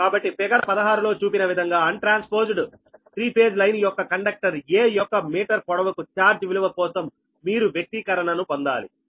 కాబట్టి ఫిగర్ 16 లో చూపిన విధంగా అన్ ట్రాన్స్పోజ్డ్ 3 ఫేజ్ లైన్ యొక్క కండక్టర్ 'ఎ' యొక్క మీటర్ పొడవుకు ఛార్జ్ విలువ కోసం మీరు వ్యక్తీకరణను పొందాలి